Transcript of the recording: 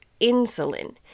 insulin